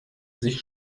sich